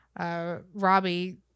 Robbie